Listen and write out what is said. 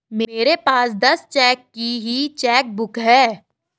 मेरे पास दस चेक की ही चेकबुक है